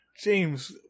James